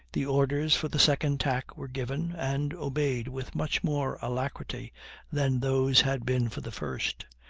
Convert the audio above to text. the orders for the second tack were given, and obeyed with much more alacrity than those had been for the first.